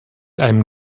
einem